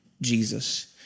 Jesus